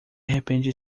repente